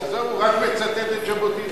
עזוב, הוא רק מצטט את ז'בוטינסקי.